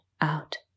out